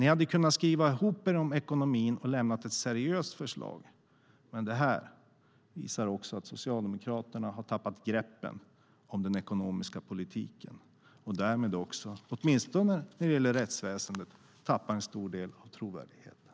Ni hade kunnat skriva ihop er om ekonomin och lämna ett seriöst förslag, men det här visar att Socialdemokraterna har tappat greppen om den ekonomiska politiska och därmed också, åtminstone när det gäller rättsväsendet, tappat en stor del av trovärdigheten.